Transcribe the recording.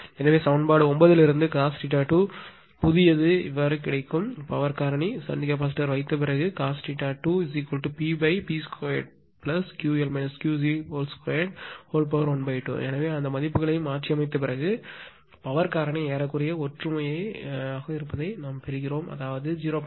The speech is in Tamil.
எனவே சமன்பாடு 9 இலிருந்து cos θ2 புதியது உங்களுக்குத் தெரியும் பவர் காரணி ஷன்ட் கெப்பாசிட்டர் வைத்த பிறகு cos 2PP2Ql QC212 எனவே அந்தந்த மதிப்புகளை மாற்றியமைத்த பிறகு பவர் காரணி ஏறக்குறைய ஒற்றுமையைப் பெறுவோம் அதாவது 0